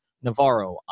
Navarro